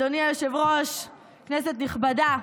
אדוני היושב-ראש, כנסת נכבדה,